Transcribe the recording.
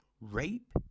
rape